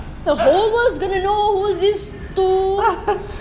the whole world is going to know who is this two